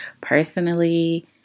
personally